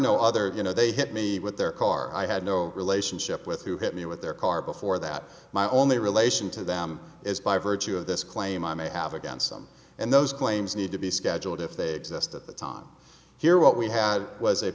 no other you know they hit me with their car i had no relationship with who hit me with their car before that my only relation to them is by virtue of this claim i may have against them and those claims need to be scheduled if they exist at the time here what we had was a